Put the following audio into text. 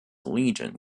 legion